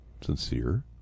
sincere